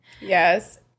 Yes